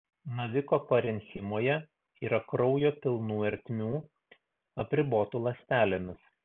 naviko parenchimoje yra kraujo pilnų ertmių apribotų ląstelėmis